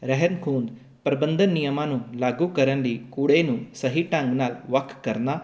ਰਹਿੰਦ ਖੂਹੰਦ ਪ੍ਰਬੰਧਨ ਨਿਯਮਾਂ ਨੂੰ ਲਾਗੂ ਕਰਨ ਲਈ ਕੂੜੇ ਨੂੰ ਸਹੀ ਢੰਗ ਨਾਲ ਵੱਖ ਕਰਨਾ